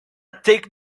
take